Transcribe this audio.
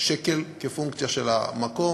200,000 שקל כפונקציה של המקום,